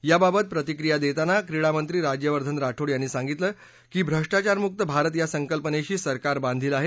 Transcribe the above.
याबाबत प्रतिक्रिया देताना क्रीडामंत्री राज्यवर्धन राठोड यांनी सांगितलं की भ्रष्टाचारमुक भारत या संकल्पनेशी सरकार बांधील आहे